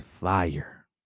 fire